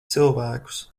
cilvēkus